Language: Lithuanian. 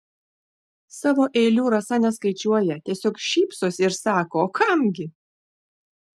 savo eilių rasa neskaičiuoja tiesiog šypsosi ir sako o kam gi